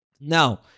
Now